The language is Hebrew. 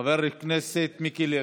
חבר הכנסת מיקי לוי.